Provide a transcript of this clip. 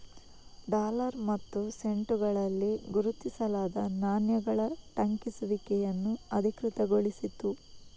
dollar ಮತ್ತು ಸೆಂಟುಗಳಲ್ಲಿ ಗುರುತಿಸಲಾದ ನಾಣ್ಯಗಳ ಟಂಕಿಸುವಿಕೆಯನ್ನು ಅಧಿಕೃತಗೊಳಿಸಿತು